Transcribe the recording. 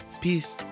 peace